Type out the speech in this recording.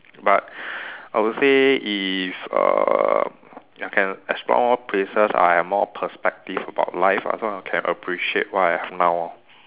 but I would say if uh ya can explore more places I have more perspective about life ah so I can appreciate what I have now lor